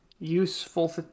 Useful